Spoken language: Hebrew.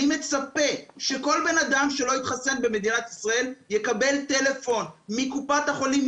אני מצפה שכל בן אדם שלא התחסן במדינת ישראל יקבל טלפון מקופת החולים,